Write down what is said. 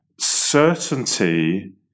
certainty